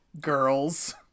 Girls